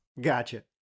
Gotcha